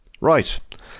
Right